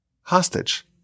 hostage